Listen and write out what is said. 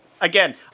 again